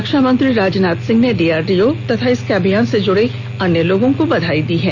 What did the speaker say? रक्षा मंत्री राजनाथ सिंह ने डीआरडीओ तथा इस अभियान से जुडे अन्य लोगों को बधाई दी है